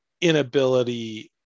inability